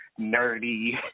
nerdy